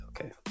Okay